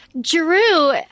Drew